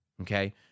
okay